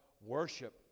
worship